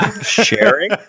sharing